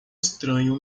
estranho